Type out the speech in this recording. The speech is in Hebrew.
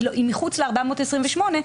היא מחוץ ל-428.